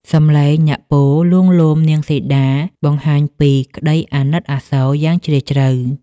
សំឡេងអ្នកពោលលួងលោមនាងសីតា បង្ហាញពីក្ដីអាណិតអាសូរយ៉ាងជ្រាលជ្រៅ។